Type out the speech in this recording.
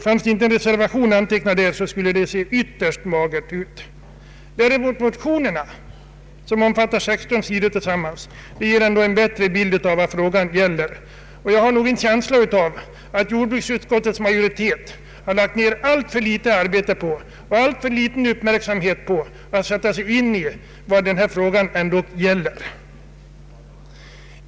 Funnes det ingen reservation bifogad till utlåtandet, skulle det se ytterst magert ut. Motionerna, som tillsammans omfattar 16 sidor, ger en belysning av vad frågan gäller. Jag har en känsla av att jordbruksutskottets majoritet har lagt ned alltför litet arbete och ägnat alltför liten uppmärksamhet åt att sätta sig in i vad denna fråga verkligen gäller.